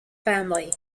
family